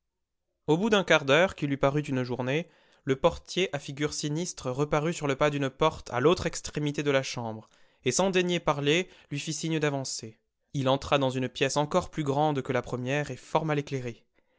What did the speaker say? au bout d'un quart d'heure qui lui parut une journée le portier à figure sinistre reparut sur le pas d'une porte à l'autre extrémité de la chambre et sans daigner parler lui fit signe d'avancer il entra dans une pièce encore plus grande que la première et fort mal éclairée